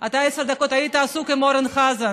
אתה עשר דקות היית עסוק עם אורן חזן,